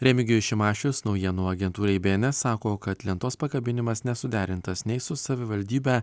remigijus šimašius naujienų agentūrai bns sako kad lentos pakabinimas nesuderintas nei su savivaldybe